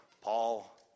Paul